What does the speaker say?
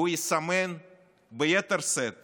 והוא יסמן ביתר שאת